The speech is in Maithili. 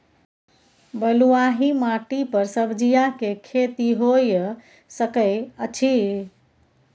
बलुआही माटी पर सब्जियां के खेती होय सकै अछि?